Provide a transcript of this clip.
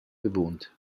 bewohnt